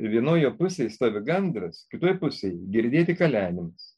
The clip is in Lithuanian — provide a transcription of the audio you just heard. vienoje pusėje stovi gandras kitoj pusėj girdėti kalenimas